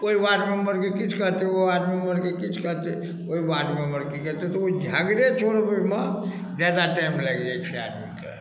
ओइ वार्ड मेंबरके किछु करतै ओ आदमी वार्ड मेंबरके किछु करतै ओ वार्ड मेंबर की करतै ओ झगड़े छोड़बैमे जादा टाइम लागि जाय छै आदमी कऽ